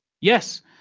Yes